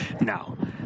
Now